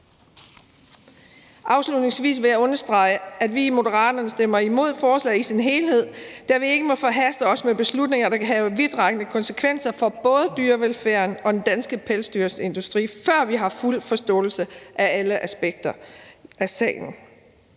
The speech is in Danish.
Afslutningsvis vil jeg understrege, at vi i Moderaterne stemmer imod forslaget i sin helhed, da vi ikke må forhaste os og tage beslutninger, der kan have vidtrækkende konsekvenser for både dyrevelfærden og den danske pelsdyrindustri, før vi har fuld forståelse af alle aspekter af sagen.